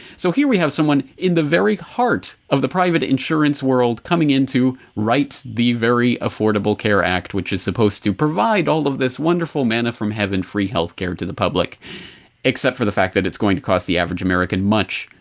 so here we have someone in the very heart of the private insurance world coming in to write the very affordable care act, which is supposed to provide all of this wonderful manna from heaven free healthcare to the public except for the fact that it's going to cost the average american much,